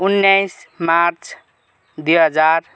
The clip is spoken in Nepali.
उन्नाइस मार्च दुई हजार